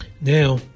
Now